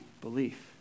belief